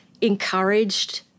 encouraged